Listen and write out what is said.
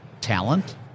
Talent